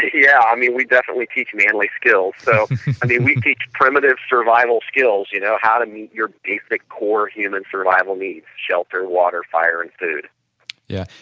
yeah, i mean we definitely teach manly skills so, i mean we teach primitive survival skills, you know, how to meet your basic core human survival needs, shelter, water, fire and food yeah.